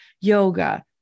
yoga